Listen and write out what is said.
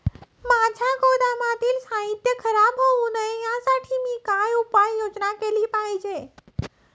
माझ्या गोदामातील साहित्य खराब होऊ नये यासाठी मी काय उपाय योजना केली पाहिजे?